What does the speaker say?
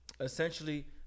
essentially